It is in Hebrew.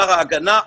שר ההגנה,